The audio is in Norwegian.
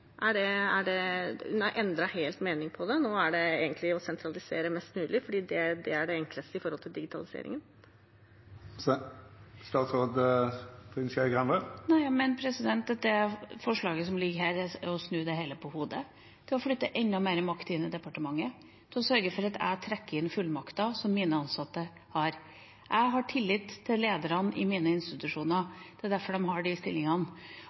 om det? Gjelder det nå egentlig å sentralisere mest mulig fordi det er det enkleste for digitaliseringen? Det forslaget som ligger her, er å snu det hele på hodet. Det er å flytte enda mer makt inn i departementet. Det er å sørge for at jeg trekker inn fullmakter som mine ansatte har. Jeg har tillit til lederne i mine institusjoner. Det er derfor de har de stillingene.